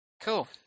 Cool